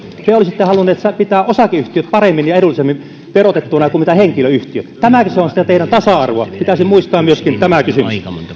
te olisitte halunneet pitää osakeyhtiöt paremmin ja edullisemmin verotettuina kuin henkilöyhtiöt tämäkö se on sitä teidän tasa arvoanne pitäisi muistaa myöskin tämä